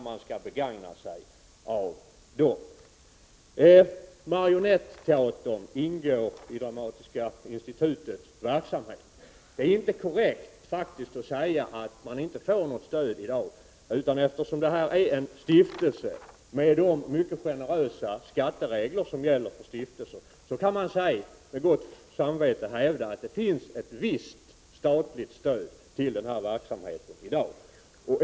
Marionetteatern ingår i Dramatiska institutets verksamhet. Det är faktiskt inte korrekt att säga att den inte får något stöd i dag. Eftersom detta är en stiftelse, med de mycket generösa skatteregler som gäller för stiftelser, kan man med gott fog hävda att det finns ett visst statligt stöd till denna verksamhet i dag.